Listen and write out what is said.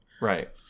Right